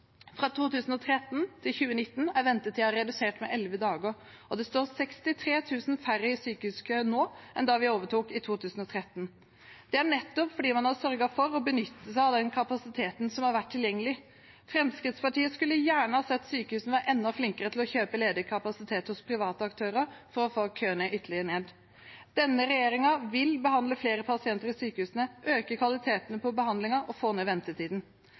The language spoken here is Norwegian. Fra 2013 til 2019 er ventetiden redusert med elleve dager, og det står 63 000 færre i sykehuskø nå enn da vi overtok i 2013. Det er nettopp fordi man har sørget for å benytte seg av den kapasiteten som har vært tilgjengelig. Fremskrittspartiet skulle gjerne ha sett at sykehusene var enda flinkere til å kjøpe ledig kapasitet hos private aktører for å få køene ytterligere ned. Denne regjeringen vil behandle flere pasienter i sykehusene, øke kvaliteten på behandlingen og få ned ventetiden.